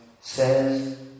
says